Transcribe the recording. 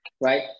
right